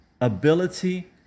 ability